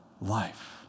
life